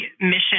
mission